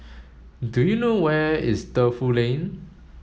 do you know where is Defu Lane